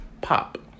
Pop